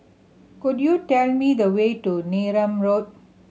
could you tell me the way to Neram Road